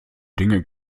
dinge